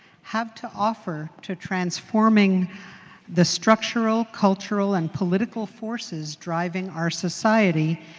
have to offer to transforming the structural cultural and political forces driving our society